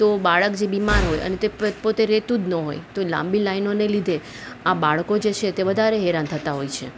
તો બાળક જે બીમાર હોય અને પોતે રહેતું જ ન હોય તો લાંબી લાઇનોને લીધે આ બાળકો જે છે તે વધારે હેરાન થતા હોય છે